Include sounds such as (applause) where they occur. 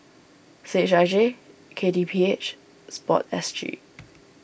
C H I J K T P H Sport S G (noise)